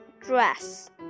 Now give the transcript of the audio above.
dress